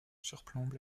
surplombe